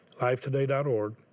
LifeToday.org